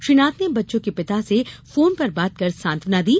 श्री नाथ ने बच्चों के पिता से फोन पर बात कर सांत्वना दी